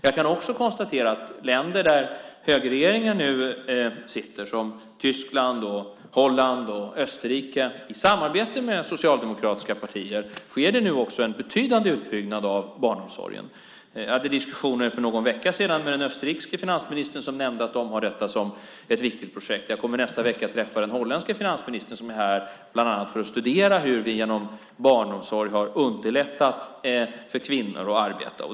Jag kan också konstatera att det i länder med högerregeringar - Tyskland, Holland och Österrike - i samarbete med socialdemokratiska partier nu sker en betydande utbyggnad av barnomsorgen. Jag hade för någon vecka sedan diskussioner med den österrikiske finansministern som nämnde att man har detta som ett viktigt projekt. Jag kommer i nästa vecka att träffa den holländske finansministern som är här bland annat för att studera hur vi genom barnomsorg har underlättat för kvinnor att arbeta.